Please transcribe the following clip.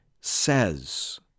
says